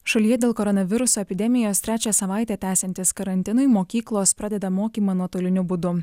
šalyje dėl koronaviruso epidemijos trečią savaitę tęsiantis karantinui mokyklos pradeda mokymą nuotoliniu būdu